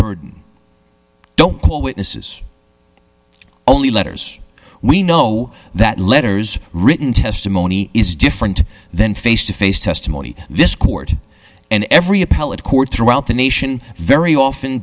burden don't call witnesses only letters we know that letters written testimony is different than face to face testimony this court and every appellate court throughout the nation very often